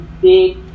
big